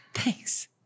Thanks